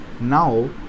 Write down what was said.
now